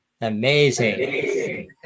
Amazing